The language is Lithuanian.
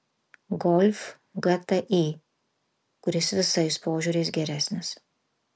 golf gti kuris visais požiūriais geresnis